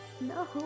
No